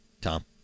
Tom